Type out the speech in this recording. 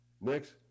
Next